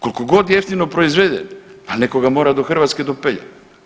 Koliko god jeftine proizvede, pa netko ga mora do Hrvatske dopeljat.